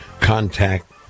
contact